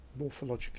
morphologically